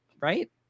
right